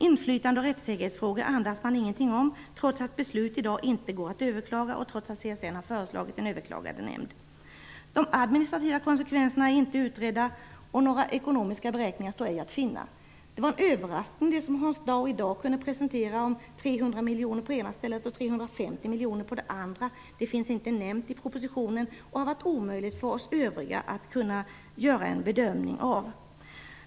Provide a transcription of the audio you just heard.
Inflytande och rättssäkerhetsfrågor andas man ingenting om, trots att beslut i dag inte går att överklaga och trots att CSN har föreslagit en överklagandenämnd. De administrativa konsekvenserna är inte utredda, och några ekonomiska beräkningar står ej att finna. Det var en överraskning det som Hans Dau i dag kunde presentera om 300 miljoner på ena stället och 350 miljoner på det andra. Det finns inte nämnt i propositionen, och det har varit omöjligt för oss andra att göra en bedömning.